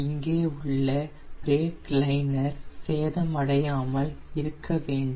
இங்கே உள்ள brake liner சேதம் அடையாமல் இருக்க வேண்டும்